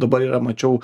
dabar yra mačiau